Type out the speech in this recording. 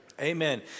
Amen